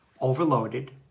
overloaded